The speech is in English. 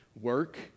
work